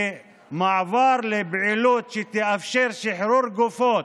מעבר לפעילות שתאפשר שחרור גופות,